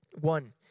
One